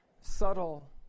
subtle